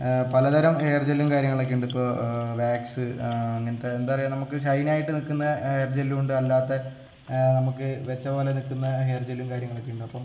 പലതരം ഹെയർ ജല്ലും കാര്യങ്ങളൊക്കെയുണ്ട് ഇപ്പോൾ വാക്സ് അങ്ങനത്തെ എന്താണ് പറയുക നമുക്ക് ഷൈൻ ആയിട്ട് നിൽക്കുന്ന ഹെയർ ജല്ലും ഉണ്ട് അല്ലാത്ത നമുക്ക് വെച്ചതു പോലെ നിൽക്കുന്ന ഹെയർ ജല്ലും കാര്യങ്ങളൊക്കെ ഉണ്ട് അപ്പം